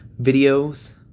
videos